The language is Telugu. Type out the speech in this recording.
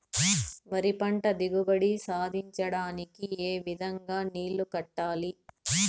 వరి పంట దిగుబడి సాధించడానికి, ఏ విధంగా నీళ్లు కట్టాలి?